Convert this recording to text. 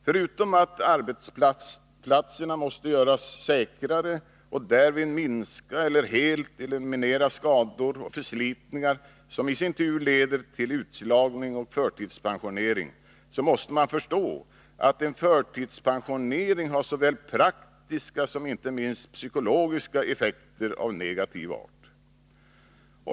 Förutom att vi måste göra arbetsplatserna säkrare för att vi skall kunna minska eller helt eliminera skador och förslitningar, som i sin tur leder till utslagning och förtidspensionering, måste vi få människorna att förstå att en förtidspensionering har såväl praktiska som, inte minst, psykologiska effekter av negativ art.